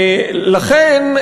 לכן,